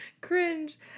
cringe